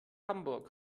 hamburg